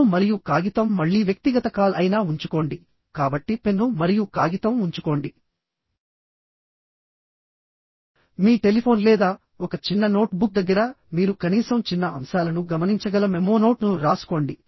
pen మరియు కాగితం మళ్ళీ వ్యక్తిగత కాల్ అయినా ఉంచుకోండి కాబట్టి పెన్ను మరియు కాగితం ఉంచుకోండి మీ టెలిఫోన్ లేదా ఒక చిన్న నోట్ బుక్ దగ్గర మీరు కనీసం చిన్న అంశాలను గమనించగల మెమో నోట్ ను రాసుకోండి